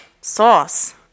sauce